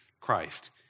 Christ